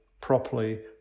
properly